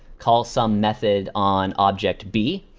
call some method on object b,